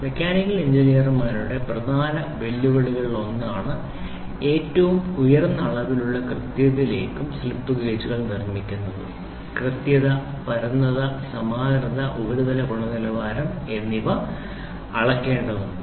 mechanical എഞ്ചിനീയർമാരുടെ പ്രധാന വെല്ലുവിളികളിലൊന്നാണ് ഏറ്റവും ഉയർന്ന അളവിലുള്ള കൃത്യതയിലേക്കും സൂഷ്മതയിലേക്കും സ്ലിപ്പ് ഗേജുകൾ നിർമ്മിക്കുന്നത് കൃത്യത പരന്നത സമാന്തരത ഉപരിതല ഗുണനിലവാരം എന്നിവ അളക്കേണ്ടതുണ്ട്